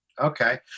Okay